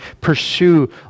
pursue